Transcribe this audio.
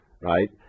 right